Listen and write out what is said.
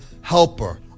helper